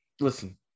listen